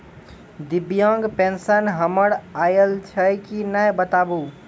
दिव्यांग पेंशन हमर आयल छै कि नैय बताबू?